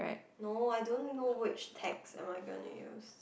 no I don't know which text am I gonna use